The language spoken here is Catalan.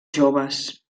joves